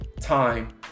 time